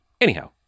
Anyhow